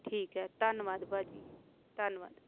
ਠੀਕ ਹੈ ਧੰਨਵਾਦ ਭਾਅ ਜੀ ਧੰਨਵਾਦ